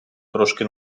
трошки